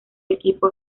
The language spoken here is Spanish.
equipo